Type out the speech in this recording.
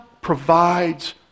provides